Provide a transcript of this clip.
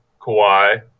Kawhi